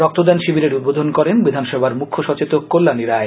রক্তদান শিবিরের উদ্বোধন করেন বিধানসভার মুখ্য সচেতক কল্যানী রায়